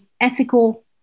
ethical